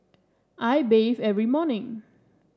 I bathe every morning